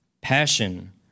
Passion